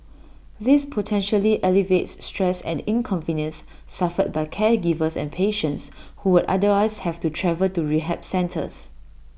this potentially alleviates stress and inconvenience suffered by caregivers and patients who would otherwise have to travel to rehab centres